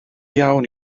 iawn